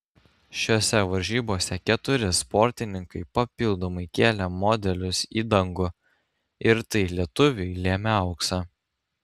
šiose varžybose keturi sportininkai papildomai kėlė modelius į dangų ir tai lietuviui lėmė auksą